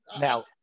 Now